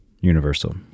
universal